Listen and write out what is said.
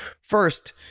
First